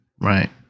Right